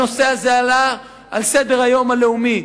הנושא עלה על סדר-היום הלאומי,